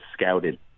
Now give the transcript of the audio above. scouted